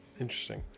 Interesting